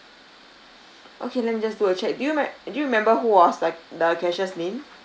okay let me just do a check do you me~ do you remember who was like the cashier name